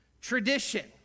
tradition